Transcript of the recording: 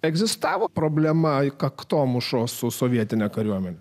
egzistavo problema kaktomuša su sovietine kariuomene